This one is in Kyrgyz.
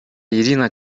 ирина